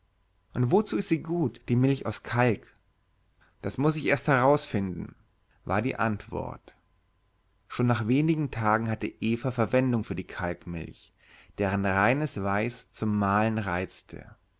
und wozu ist sie gut die milch aus kalk das muß ich erst herausfinden war die antwort schon nach wenigen tagen hatte eva verwendung für die kalkmilch deren reines weiß zum malen reizte